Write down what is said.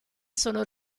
sono